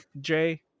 Jay